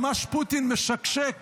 ממש פוטין משקשק